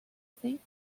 think